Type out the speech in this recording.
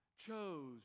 chose